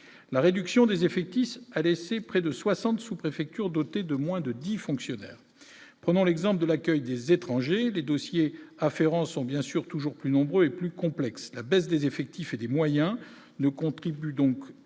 la réduction des effectifs laissé près de 60 sous-préfecture doté de moins de 10 fonctionnaires, prenons l'exemple de l'accueil des étrangers, les dossiers afférents sont bien sûr toujours plus nombreux et plus complexe : la baisse des effectifs et des moyens ne contribue donc ainsi